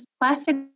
plastic